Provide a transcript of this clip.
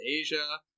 Asia